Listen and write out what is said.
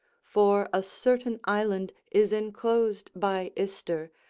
for a certain island is enclosed by ister,